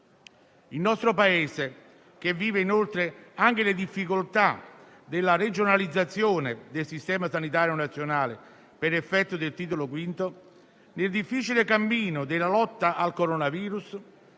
Il nostro Paese, che vive inoltre anche le difficoltà della regionalizzazione del Sistema sanitario nazionale per effetto delle norme del Titolo V della Costituzione, nel difficile cammino della lotta al coronavirus,